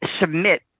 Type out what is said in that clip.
submit